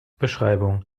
beschreibung